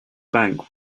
bank